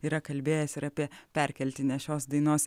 yra kalbėjęs ir apie perkeltinę šios dainos